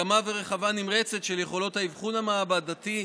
הקמה והרחבה נמרצת של יכולות האבחון המעבדתי,